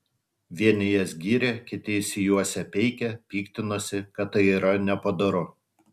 vieni jas gyrė kiti išsijuosę peikė piktinosi kad tai yra nepadoru